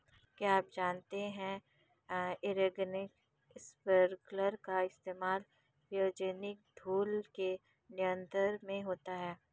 क्या आप जानते है इरीगेशन स्पिंकलर का इस्तेमाल वायुजनित धूल के नियंत्रण में होता है?